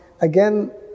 again